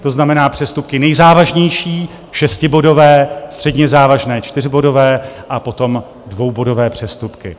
To znamená přestupky nejzávažnější šestibodové, středně závažné čtyřbodové, a potom dvoubodové přestupky.